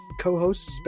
co-hosts